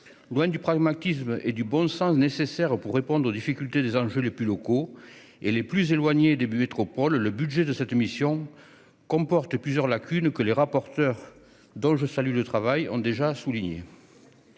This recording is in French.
Loin du pragmatisme et du bon sens nécessaires pour répondre aux difficultés locales et les plus éloignées des métropoles, le budget de cette mission comporte plusieurs lacunes, que les rapporteurs, dont je salue le travail, ont déjà soulignées.